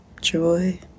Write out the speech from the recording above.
joy